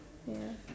ya